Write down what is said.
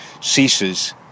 ceases